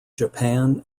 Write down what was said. japan